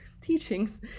teachings